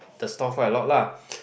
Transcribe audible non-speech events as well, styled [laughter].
the store quite a lot lah [noise]